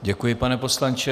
Děkuji, pane poslanče.